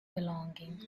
belonging